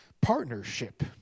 partnership